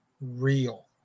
real